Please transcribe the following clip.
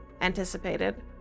anticipated